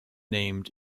named